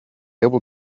able